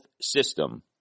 system